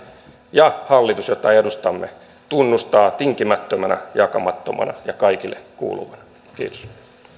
ja hallitus jota edustamme tunnustaa sen tinkimättömänä jakamattomana ja kaikille kuuluvana kiitos